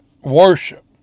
worship